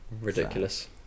ridiculous